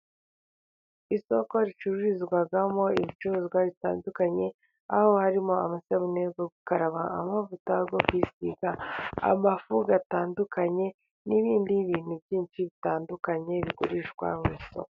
Isoko ricururizwamo ibicuruzwa bitandukanye ,aho harimo amasabune yo gukaraba, amavuta yo kwisiga, amafi atandukanye, n'ibindi bintu byinshi bitandukanye bigurishwa gusa.